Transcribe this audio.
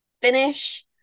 finish